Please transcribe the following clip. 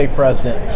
president